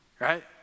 right